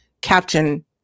Captain